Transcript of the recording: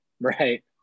Right